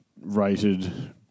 rated